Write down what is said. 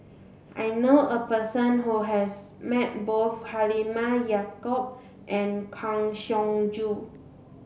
I knew a person who has met both Halimah Yacob and Kang Siong Joo